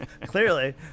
Clearly